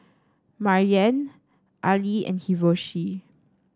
Maryanne Ali and Hiroshi